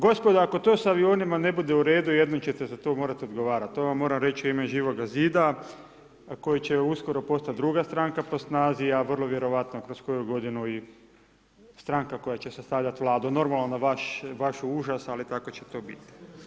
Gospodo, ako to sa avionima ne bude u redu, jednom ćete za to mora odgovarati, to vam moram reći u ime Živoga Zida koji će uskoro postati druga stranka po snazi, a vrlo vjerojatno kroz koju godinu i stranka koja će sastavljati Vladu, normalno, na vaš užas, ali tako će to biti.